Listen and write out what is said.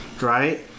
Right